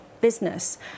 business